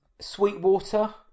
Sweetwater